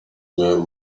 were